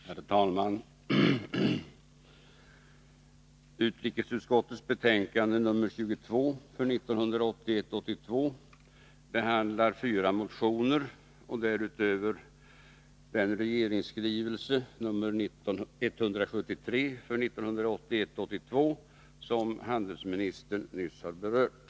Herr talman! Utrikesutskottets betänkande 1981 82:173 som handelsministern nyss har berört.